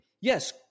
yes